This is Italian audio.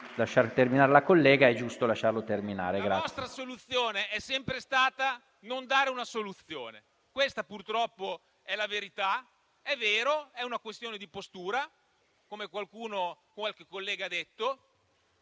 La vostra soluzione è sempre stata non dare una soluzione. Questa, purtroppo è la verità. È vero, è una questione di postura, come qualche collega ha detto.